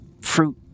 fruit